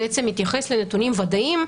מתייחס לנתונים ודאיים,